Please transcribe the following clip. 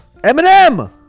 Eminem